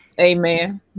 Amen